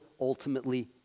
ultimately